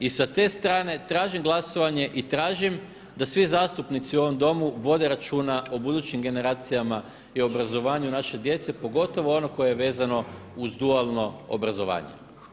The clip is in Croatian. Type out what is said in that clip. I sa te strane tražim glasovanje i tražim da svi zastupnici u ovom Domu vode računa o budućim generacijama i obrazovanju naše djece pogotovo ono koje je vezano uz dualno obrazovanje.